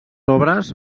obres